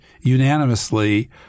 unanimously